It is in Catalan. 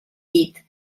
dit